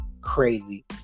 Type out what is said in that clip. crazy